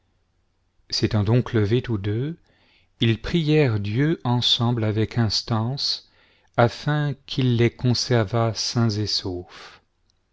s'étant donc levés tous deux ils prièrent dieu ensemble avec instance afin qu'il les conservât sains et saufs